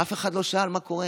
אף אחד לא שאל מה קורה.